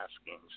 asking